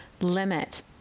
Limit